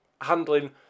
handling